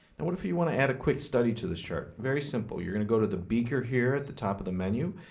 and what if you want to add a quick study to this chart? very simple you're going to go to the beaker here at the top of the menu,